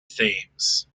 thames